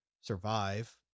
survive